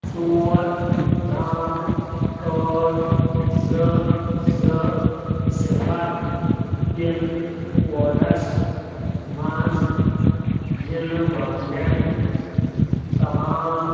ژور نَو ٲٹھ زٕ زٕ صِفَر پِن کوڈَس منٛز یِنہٕ والیٚن تمام